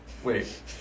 Wait